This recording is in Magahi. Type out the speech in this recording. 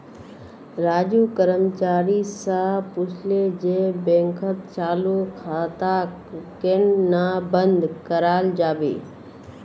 राजू कर्मचारी स पूछले जे बैंकत चालू खाताक केन न बंद कराल जाबे